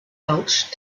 gulch